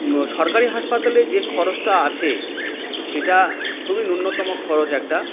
সরকারি হাসপাতালে যে খরচটা আছে সেটা খুবই ন্যূনতম খরচ একটা